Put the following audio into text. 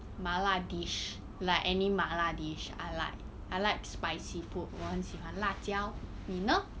麻辣 dish like any 麻辣 dish I like I like spicy food 我很喜欢辣椒你呢